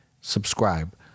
Subscribe